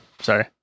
Sorry